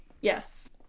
yes